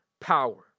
power